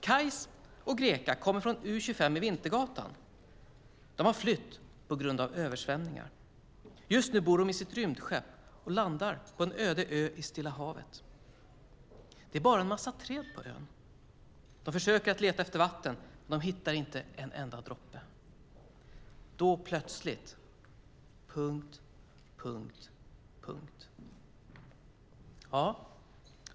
Kajs och Greka kommer från u25 i Vintergatan. De har flytt på grund av översvämningar. Just nu bor de i sitt rymdskepp och landar på en öde ö i Stilla havet. Det är bara en massa träd på ön. De försöker leta efter vatten men de hittar inte en enda droppe. Då plötsligt .